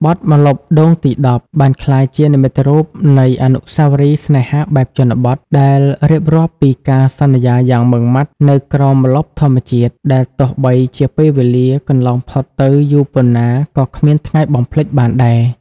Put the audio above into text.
បទ "ម្លប់ដូងទីដប់" បានក្លាយជានិមិត្តរូបនៃអនុស្សាវរីយ៍ស្នេហាបែបជនបទ ដែលរៀបរាប់ពីការសន្យាយ៉ាងម៉ឺងម៉ាត់នៅក្រោមម្លប់ធម្មជាតិ ដែលទោះបីជាពេលវេលាកន្លងផុតទៅយូរប៉ុណ្ណាក៏គ្មានថ្ងៃបំភ្លេចបានដែរ។